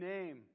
Name